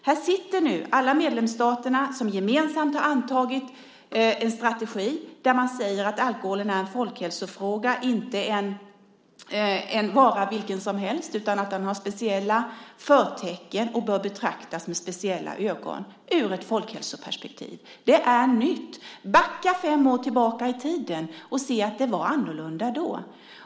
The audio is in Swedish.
Här sitter nu alla medlemsstaterna, som gemensamt har antagit en strategi där man säger att alkoholen är en folkhälsofråga och inte en vara, vilken som helst. Den har speciella förtecken och bör betraktas med speciella ögon ur ett folkhälsoperspektiv. Det är nytt. Backa fem år tillbaka i tiden och se att det var annorlunda då!